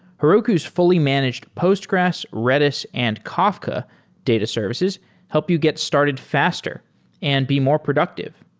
heroku's fully managed postgres, redis and kafka data services help you get started faster and be more productive.